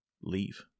leave